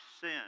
sin